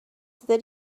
that